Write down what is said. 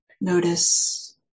notice